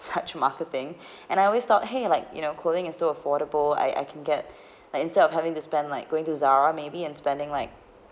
such marketing and I always thought !hey! like you know clothing is so affordable I I can get like instead of having to spend like going to Zara maybe and spending like